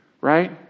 right